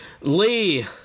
Lee